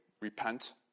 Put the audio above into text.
repent